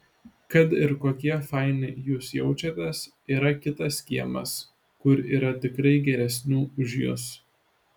kad ir kokie faini jūs jaučiatės yra kitas kiemas kur yra tikrai geresnių už jus